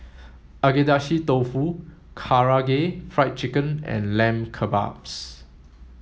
Agedashi Dofu Karaage Fried Chicken and Lamb Kebabs